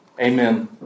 Amen